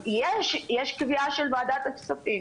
יש קביעה של ועדת הכספים,